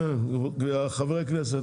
חברי הכנסת,